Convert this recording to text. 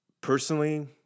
personally